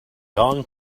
dawn